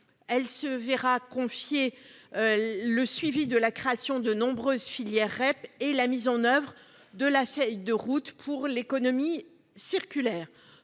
Elle se verra ainsi confier le suivi de la création de nombreuses filières REP et la mise en oeuvre de la feuille de route pour l'économie circulaire.